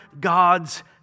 God's